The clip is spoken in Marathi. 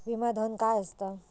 विमा धन काय असता?